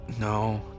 no